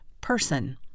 person